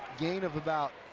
gain of about